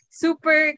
super